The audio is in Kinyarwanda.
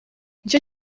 nicyo